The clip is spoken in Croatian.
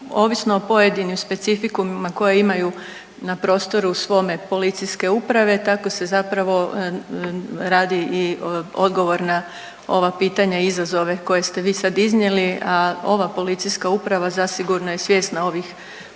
Ovisno o pojedinim specifikumima koje imaju na prostoru svome policijske uprave tako se zapravo radi i odgovor na ova pitanja i izazove koje ste vi sad iznijeli, a ova policijska uprava zasigurno je svjesna